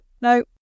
no